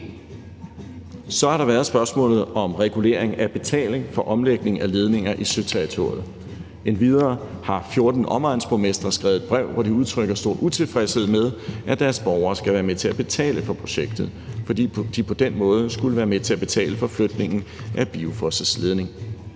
Så har der været spørgsmålet om regulering af betaling for omlægning af ledninger i søterritoriet. Endvidere har 14 omegnsborgmestre skrevet et brev, hvor de udtrykker stor utilfredshed med, at deres borgere skal være med til at betale for projektet, fordi de på den måde skulle være med til at betale for flytningen af BIOFOS' ledning.